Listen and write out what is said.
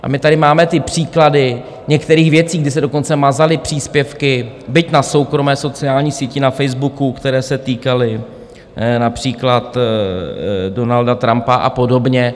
A my tady máme příklady některých věcí, kdy se dokonce mazaly příspěvky, byť na soukromé sociální síti na Facebooku, které se týkaly například Donalda Trumpa a podobně.